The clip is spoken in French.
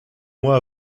moi